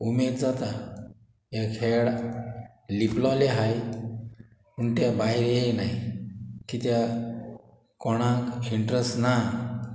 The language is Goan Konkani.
उमेद जाता हे खेळ लिपलोले हाय पूण ते भायर येयनाय कित्या कोणाक इंट्रस्ट ना